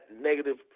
negative